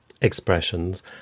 expressions